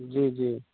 जी जी